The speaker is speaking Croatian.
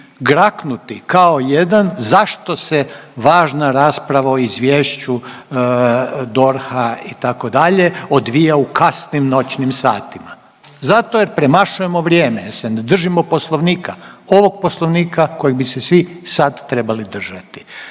graknuti kao jedan zašto se važna rasprava o Izvješću DORH-a itd. odvija u kasnim noćnim satima. Zato jer premašujemo vrijeme, jer se ne držimo poslovnika, ovog poslovnika kojeg bi se svi sad trebali držati.